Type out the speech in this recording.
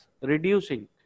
reducing